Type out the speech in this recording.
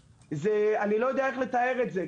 אני לא יודע איך לתאר את זה.